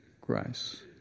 grace